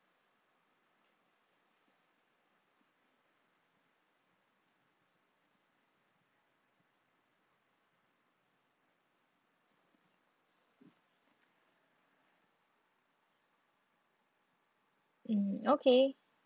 mm okay